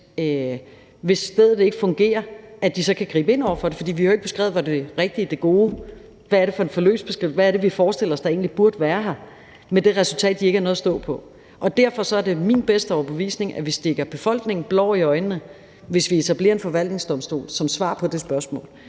hvis stedet ikke fungerer, kan gribe ind over for det, for vi har jo ikke beskrevet, hvad det rigtige, det gode, er, hvad det er for en forløbsbeskrivelse, og hvad det er, vi forestiller os der egentlig burde være her, med det resultat, at de ikke har noget at stå på. Derfor er det min bedste overbevisning, at vi stikker befolkningen blår i øjnene, hvis vi etablerer en forvaltningsdomstol som svar på det spørgsmål.